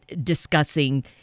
discussing